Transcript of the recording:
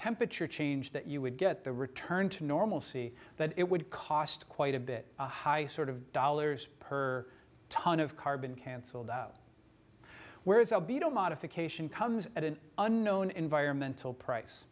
temperature change that you would get the return to normalcy that it would cost quite a bit sort of dollars per ton of carbon cancelled out whereas l b don't modification comes at an unknown environmental price